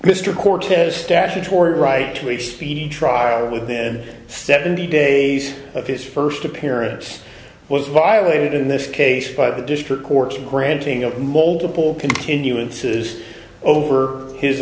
mr cortez statutory right to a speedy trial within seventy days of his first appearance was violated in this case by the district courts in granting of multiple continuances over his